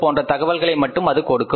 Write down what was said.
போன்ற தகவல்களை மட்டும் அது கொடுத்தது